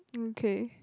mm K